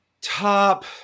top